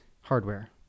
hardware